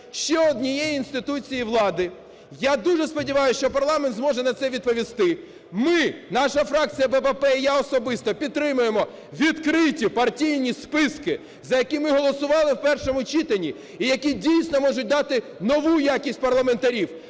ще однією інституцією влади. Я дуже сподіваюсь, що парламент зможе на це відповісти. Ми, наша фракція "БПП", і я особисто підтримуємо відкриті партійні списки, за які ми голосували в першому читанні і які дійсно можуть дати нову якість парламентарів,